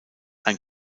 ein